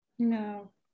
No